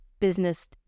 business